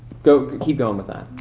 go, keep goin with that.